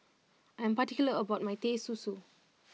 I am particular about my Teh Susu